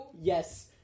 Yes